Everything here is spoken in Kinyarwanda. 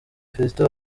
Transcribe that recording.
fiston